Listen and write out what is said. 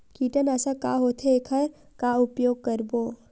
कीटनाशक का होथे एखर का उपयोग करबो?